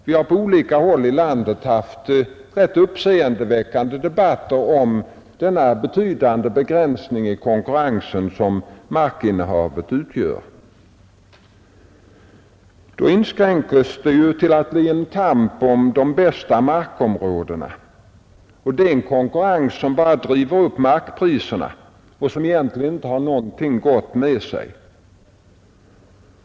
Vi har på olika håll i landet haft rätt uppseendeväckande debatter om den betydande begränsning i konkurrensen som markinnehavet kan utgöra. Då inskränks det ju till att bli en kamp om de bästa markområdena. Och det är en konkurrens som bara driver upp markpriserna och som egentligen inte har något gott med sig.